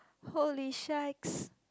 holy shacks